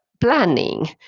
planning